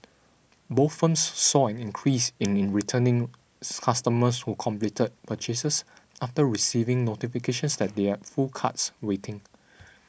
both firms saw an increase in returning customers who completed purchases after receiving notifications that they are full carts waiting